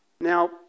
Now